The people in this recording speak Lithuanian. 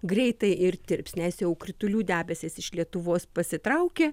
greitai ir tirps nes jau kritulių debesys iš lietuvos pasitraukė